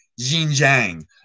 Xinjiang